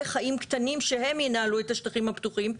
חיים קטנים שהם ינהלו את השטחים הפתוחים,